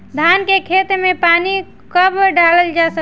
धान के खेत मे पानी कब डालल जा ला?